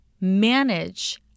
manage